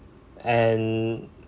and